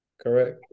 Correct